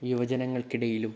യുവജനങ്ങൾക്കിടയിലും